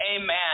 Amen